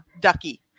Ducky